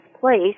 place